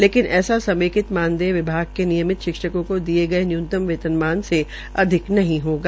लेकिन ऐसा समेकित मानदेय विभाग के नियमित शिक्षकों को दिये गये न्यूनतम वेतनमाल से अधिक नहीं होगा